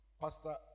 Pastor